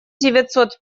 девятьсот